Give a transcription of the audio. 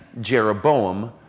Jeroboam